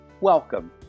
Welcome